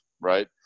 right